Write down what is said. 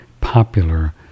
popular